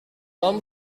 tom